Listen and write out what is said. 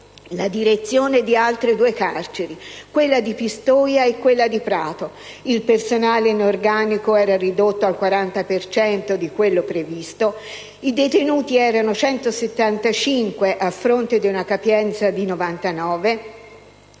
la direzione di altre due carceri, quella di Pistoia e quella di Prato; il personale in organico era ridotto al 40 per cento di quello previsto; i detenuti erano 175, a fronte di una capienza di 99;